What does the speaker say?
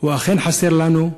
הוא אכן חסר לנו.